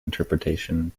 interpretation